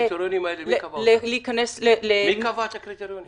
מי קבע את הקריטריונים?